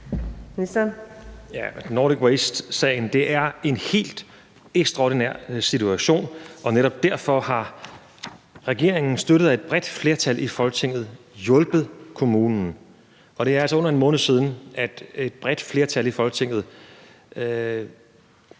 Nordic Waste-sagen har skabt en helt ekstraordinær situation, og netop derfor har regeringen, støttet af et bredt flertal i Folketinget, hjulpet kommunen. Det er altså under en måned siden, at et bredt flertal i Folketinget